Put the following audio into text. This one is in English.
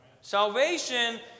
Salvation